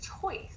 choice